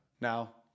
Now